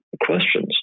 questions